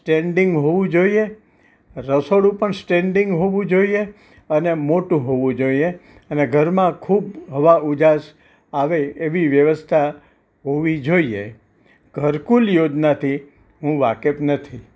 standing હોવું જોઈએ રસોડું પણ સ્ટેન્ડિંગ હોવું જોઈએ અને મોટું હોવું જોઈએ અને ઘરમાં ખૂબ હવા ઉજાસ આવે એવી વ્યવસ્થા હોવી જોઈએ ઘરકુલ યોજનાથી હું વાકેફ નથી